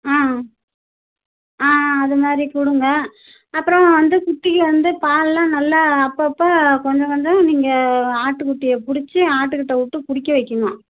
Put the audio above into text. ஆ ஆ ஆ ஆ அது மாதிரி கொடுங்க அப்புறோம் வந்து குட்டிக்கு வந்து பால்லாம் நல்லா அப்போப்ப கொஞ்ச கொஞ்சம் நீங்கள் ஆட்டுக் குட்டியைப் பிடிச்சி ஆட்டுக் கிட்டே விட்டு குடிக்க வைக்கிணும்